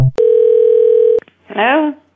Hello